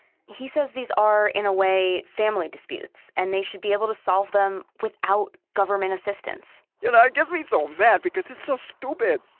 he says these are, in a way, family disputes and they should be able to solve them without government assistance you know, it gets me so mad because it's so stupid.